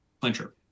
clincher